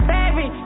Baby